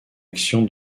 action